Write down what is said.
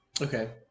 Okay